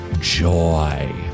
joy